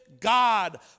God